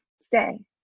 stay